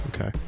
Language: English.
okay